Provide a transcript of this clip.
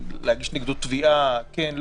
אם להגיש נגדו תביעה או לא,